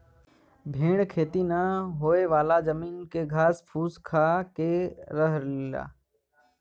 भेड़ खेती ना होयेवाला जमीन के घास फूस खाके रह लेला